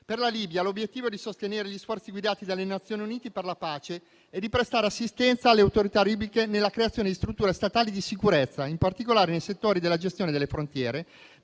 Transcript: Per la Libia «l'obiettivo è di sostenere gli sforzi guidati dalle Nazioni Unite per la pace e di prestare assistenza alle autorità libiche nella creazione di strutture statali di sicurezza, in particolare nei settori della gestione delle frontiere,